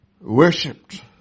worshipped